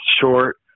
short